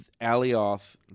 Alioth